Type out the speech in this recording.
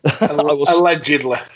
Allegedly